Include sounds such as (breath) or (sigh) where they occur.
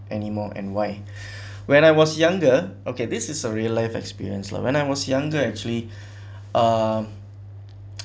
anymore and why (breath) when I was younger okay this is a real-life experience lah when I was younger actually um